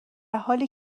حالی